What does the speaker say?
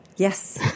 Yes